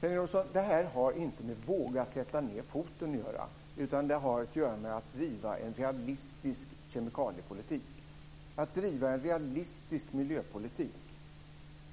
Fru talman! Jag sade att det här har inte med att våga sätta ned foten att göra, utan det har att göra med att driva en realistisk kemikaliepolitik och en realistisk miljöpolitik.